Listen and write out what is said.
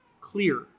clear